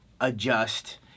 adjust